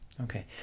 Okay